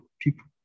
people